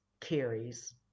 carries